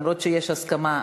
אף שיש הסכמה,